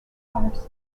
parts